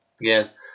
Yes